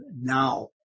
now